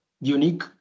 unique